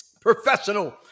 professional